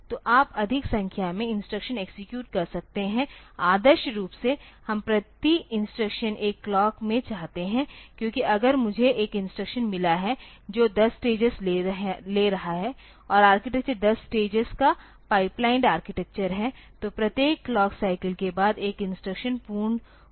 तो आप अधिक संख्या में इंस्ट्रक्शन एक्सेक्यूट कर सकते हैं आदर्श रूप से हम प्रति इंस्ट्रक्शन एक क्लॉक में चाहते हैं क्योंकि अगर मुझे एक इंस्ट्रक्शन मिला है जो 10 स्टेजेस ले रहा है और आर्किटेक्चर 10 स्टेजेस का पाइपलाइन्ड आर्किटेक्चर है तो प्रत्येक क्लॉक साइकिल के बाद 1 इंस्ट्रक्शन पूर्ण होना चाहिए